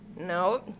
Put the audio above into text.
no